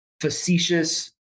facetious